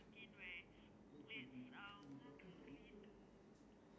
the colour turns pinkish a bit of like pinkish red